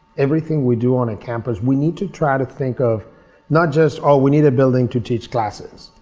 everything we do on a campus, we need to try to think of not just all we need a building to teach classes,